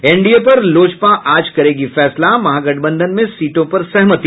NDA पर लोजपा आज करेगी फैसला महागठबंधन में सीटों पर सहमति